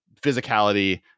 physicality